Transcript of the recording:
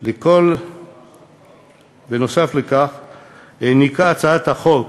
כל אלה העניקה הצעת החוק